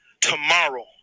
tomorrow